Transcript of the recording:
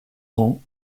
rangs